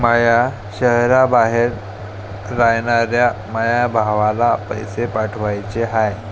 माया शैहराबाहेर रायनाऱ्या माया भावाला पैसे पाठवाचे हाय